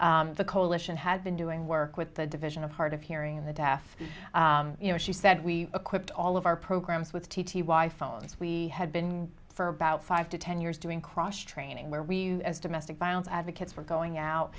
the coalition had been doing work with the division of hard of hearing and the deaf you know she said we equipped all of our programs with t t y phones we had been for about five to ten years doing cross training where we as domestic violence advocates were going out